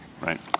right